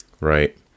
Right